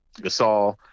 gasol